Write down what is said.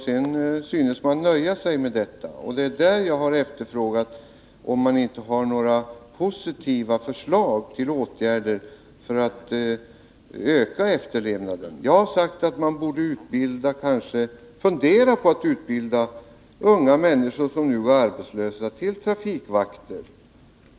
Sedan synes man nöja sig med detta, och det är därför jag har efterfrågat om det inte i utskottet finns några positiva förslag till åtgärder för att förbättra efterlevnaden. Jag har sagt att man borde fundera på att utbilda unga människor, som nu går arbetslösa, till trafikvakter.